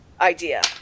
idea